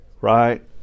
right